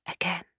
again